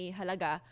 halaga